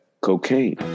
Cocaine